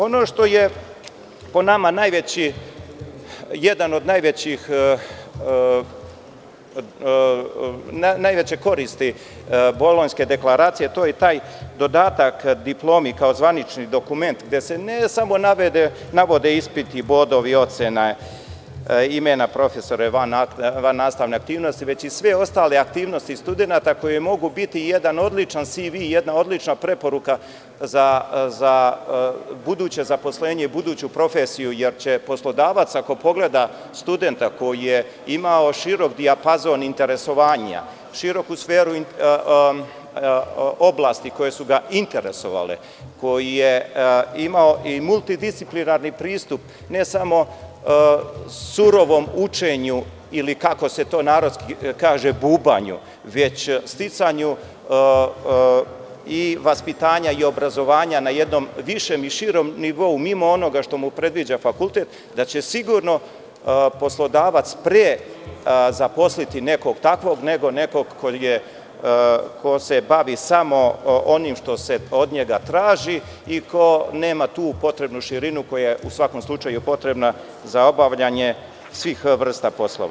Ono što je po nama jedna od najvećih koristi Bolonjske deklaracije je dodatak diplomi, zvanični dokument gde se ne samo navode ispiti, bodovi i ocene, imena profesora, van nastavne aktivnosti, već i sve ostale aktivnosti studenata koje mogu biti jedan odličan si-vi, odlična preporuka za buduća zaposlenja, za buduću profesiju, jer će poslodavac ako pogleda studenta koji je imao širok dijapazon interesovanja, široku sferu oblasti koji su ga interesovale, koji je ima multidisciplinarni pristup ne samo surovom učenju, ili kako se to narodski kaže bubanju, već sticanju i vaspitanja i obrazovanja na jednom višem i širem nivou mimo onoga što mu predviđa fakultet, da će sigurno poslodavac pre zaposliti nekog takvog nego neko ko se bavi samo onim što se od njega traži i ko nema tu potrebnu širinu koja je potrebna za obavljanje svih vrsta poslova.